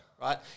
Right